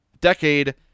decade